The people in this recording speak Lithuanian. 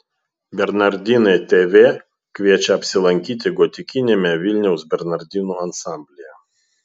bernardinai tv kviečia apsilankyti gotikiniame vilniaus bernardinų ansamblyje